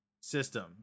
system